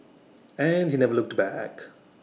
and he never looked back